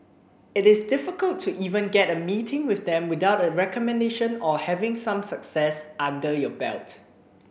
it is difficult to even get a meeting with them without a recommendation or having some success under your belt